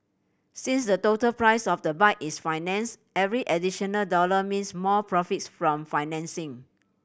since the total price of the bike is financed every additional dollar means more profits from financing